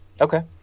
Okay